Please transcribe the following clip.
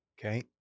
Okay